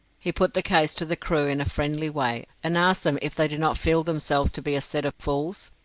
he put the case to the crew in a friendly way, and asked them if they did not feel themselves to be a set of fools,